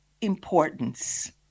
importance